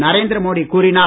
நரேந்திர மோடி கூறினார்